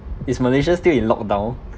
is malaysia still in lockdown